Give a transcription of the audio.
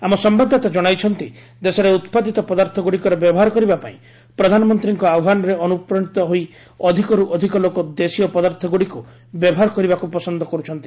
ଆମ ସମ୍ଭାଦଦାତା ଜଣାଇଛନ୍ତି ଦେଶରେ ଉତ୍ପାଦିତ ପଦାର୍ଥଗୁଡ଼ିକର ବ୍ୟବହାର କରିବାପାଇଁ ପ୍ରଧାନମନ୍ତ୍ରୀଙ୍କ ଆହ୍ୱାନରେ ଅନୁପ୍ରାରିତ ହୋଇ ଅଧିକରୁ ଅଧିକ ଲୋକ ଦେଶୀୟ ପଦାର୍ଥଗୁଡ଼ିକୁ ବ୍ୟବହାର କରିବାକୁ ପସନ୍ଦ କରୁଛନ୍ତି